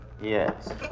Yes